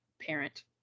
Parent